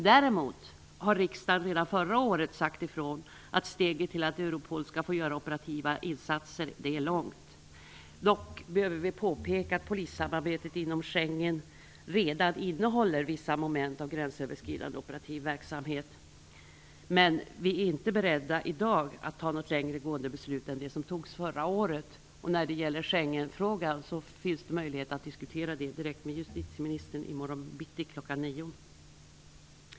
Däremot har riksdagen under hela förra året sagt ifrån att steget till att Europol skall få göra operativa insatser är långt. Dock behöver vi påpeka att polissamarbetet inom ramen för Schengen redan innehåller vissa moment av gränsöverskridande operativ verksamhet. Vi är emellertid inte i dag beredda att ta något längre gående beslut än det som togs förra året. Det finns möjlighet att diskutera Schengenfrågan direkt med justitieministern i morgon kl. 9.